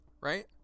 right